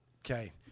Okay